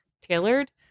tailored